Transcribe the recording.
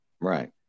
Right